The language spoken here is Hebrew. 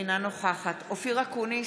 אינה נוכחת אופיר אקוניס,